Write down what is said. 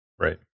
right